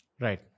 right